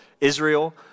Israel